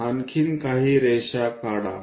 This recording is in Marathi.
आणखी काही रेषा काढा